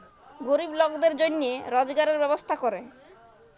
গরিব লকদের জনহে রজগারের ব্যবস্থা ক্যরে